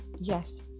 yes